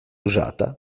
usata